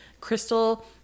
Crystal